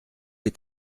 est